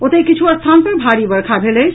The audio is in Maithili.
ओतहि किछु स्थान पर भारी वर्षा भेल अछि